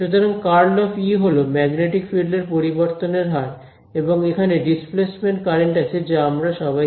সুতরাং ∇× E হল magnetic field এর পরিবর্তনের হার এবং এখানে ডিসপ্লেসমেন্ট কারেন্ট আছে যা আমরা সবাই জানি